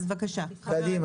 אז בבקשה.